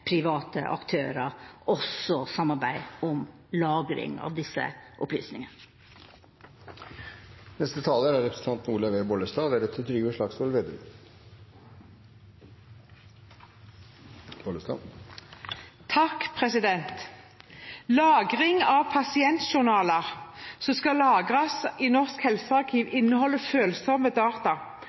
private aktører, og også samarbeid om lagring av disse opplysningene. Pasientjournalene som skal lagres i Norsk helsearkiv, inneholder følsomme data